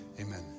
Amen